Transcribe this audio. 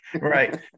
Right